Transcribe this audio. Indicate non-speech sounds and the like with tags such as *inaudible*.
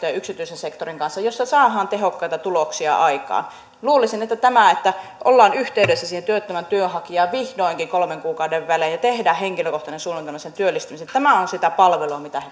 *unintelligible* ja yksityisen sektorin kanssa nyt tehdään tätä yhteistyötä jossa saadaan tehokkaita tuloksia aikaan luulisin että tämä että ollaan yhteydessä siihen työttömään työnhakijaan vihdoinkin kolmen kuukauden välein ja tehdään henkilökohtainen suunnitelma hänen työllistymisekseen on sitä palvelua mitä